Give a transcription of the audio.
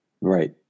Right